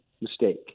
mistake